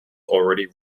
already